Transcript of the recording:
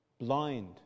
Blind